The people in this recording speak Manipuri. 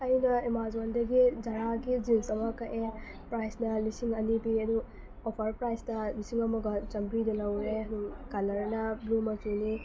ꯑꯩꯅ ꯑꯥꯃꯥꯖꯣꯟꯗꯒꯤ ꯖꯥꯔꯥꯒꯤ ꯖꯤꯟꯁ ꯑꯃ ꯀꯛꯑꯦ ꯄ꯭ꯔꯥꯏꯖꯅ ꯂꯤꯁꯤꯡ ꯑꯅꯤ ꯄꯤ ꯑꯗꯨ ꯑꯣꯐꯔ ꯄ꯭ꯔꯥꯏꯖꯇ ꯂꯤꯁꯤꯡ ꯑꯃꯒ ꯆꯥꯝꯃꯔꯤꯗ ꯂꯧꯔꯦ ꯀꯂꯔꯅ ꯕ꯭ꯂꯨ ꯃꯆꯨꯅꯤ